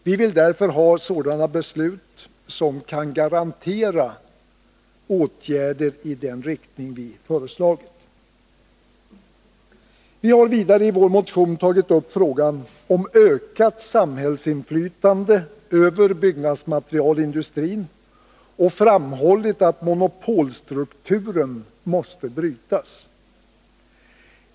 Vi vill därför ha sådana beslut som kan garantera åtgärder i den riktning vi föreslagit. Vi har vidare i vår motion tagit upp frågan om ökat samhällsinflytande över byggnadsmaterialindustrin och framhållit att monopolstrukturen måste brytas.